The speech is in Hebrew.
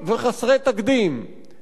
מאיר דגן ראש המוסד,